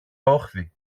όχθη